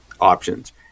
options